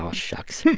ah shucks